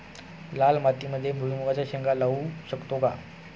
लाल मातीमध्ये भुईमुगाच्या शेंगा लावू शकतो का?